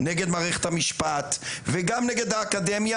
נגד מערכת המשפט וגם נגד האקדמיה,